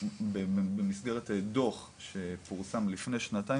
במסגרת דוח שפורסם לפני שנתיים,